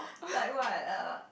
like what err